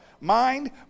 Mind